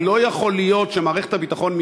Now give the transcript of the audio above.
זה לא יכול להיות שמערכת הביטחון,